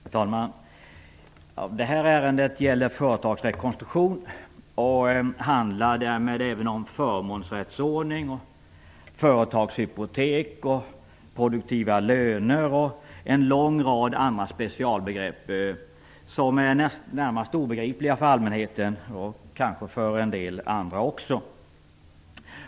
Herr talman! Detta ärende gäller företagsrekonstruktion, och handlar därmed även om förmånsrättsordning, företagshypotek, produktiva löner och en lång rad andra specialbegrepp som är närmast obegripliga för allmänheten, och kanske för en del andra också.